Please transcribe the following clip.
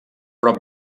prop